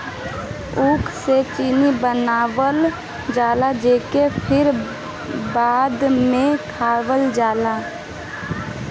ऊख से चीनी बनावल जाला जेके फिर बाद में खाइल जाला